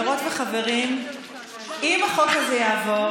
אם החוק הזה יעבור,